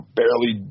barely